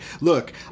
look